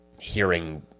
Hearing